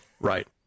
Right